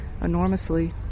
enormously